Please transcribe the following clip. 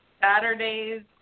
Saturday's